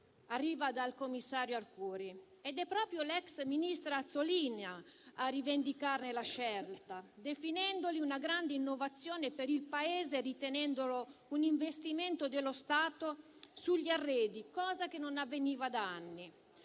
arriva dal commissario Arcuri ed è proprio l'ex ministra Azzolina a rivendicarne la scelta, definendoli una grande innovazione per il Paese e ritenendolo un investimento dello Stato sugli arredi, cosa che non avveniva da anni.